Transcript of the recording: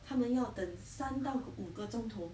他们要等三到五个钟头